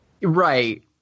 Right